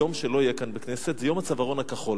יום שלא יהיה כאן בכנסת זה יום הצווארון הכחול.